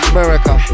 America